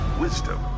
wisdom